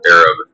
Arab